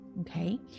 Okay